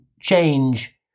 change